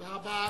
תודה רבה.